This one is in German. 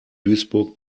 duisburg